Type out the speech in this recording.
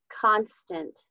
constant